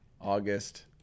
August